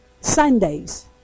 Sundays